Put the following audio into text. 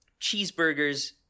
cheeseburgers